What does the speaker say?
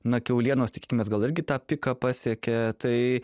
na kiaulienos tikimės gal irgi tą piką pasiekė tai